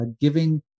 giving